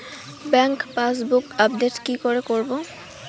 Bank passbook update কি করে করবো?